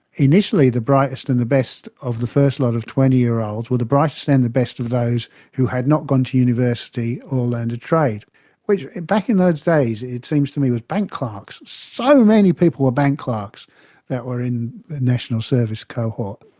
initially the brightest and the best of the first lot of twenty year olds were the brightest and the best of those who had not gone to university and which back in those days it seems to me were bank clerks. so many people were bank clerks that were in the national service cohort.